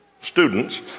students